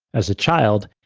as a child,